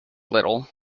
little